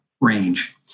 range